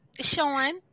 Sean